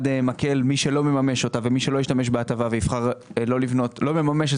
מי שלא ישתמש בהטבה ויבחר שלא לממש את